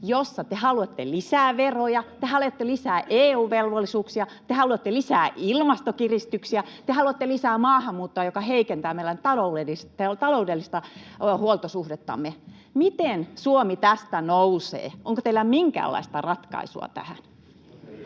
jossa te haluatte lisää veroja, te haluatte lisää EU-velvollisuuksia, te haluatte lisää ilmastokiristyksiä ja te haluatte lisää maahanmuuttoa, joka heikentää meidän taloudellista huoltosuhdettamme? Miten Suomi tästä nousee? Onko teillä minkäänlaista ratkaisua tähän?